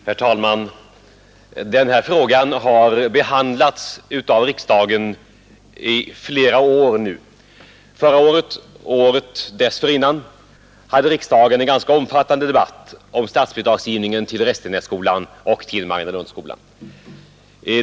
Herr talman! Den här frågan har behandlats av riksdagen flera år. Förra året och året dessförinnan hade riksdagen en ganska omfattande debatt om statsbidragsgivningen till Restenässkolan och till Mariannelundsskolan.